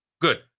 good